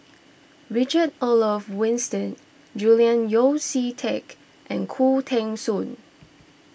Richard Olaf Winstedt Julian Yeo See Teck and Khoo Teng Soon